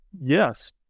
yes